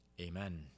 Amen